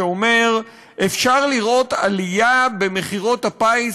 שאומר שאפשר לראות עלייה במכירות הפיס